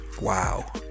wow